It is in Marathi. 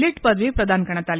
लिट पदवी प्रदान करण्यात आली